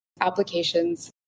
applications